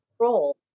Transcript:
control